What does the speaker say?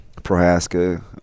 Prohaska